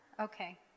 Okay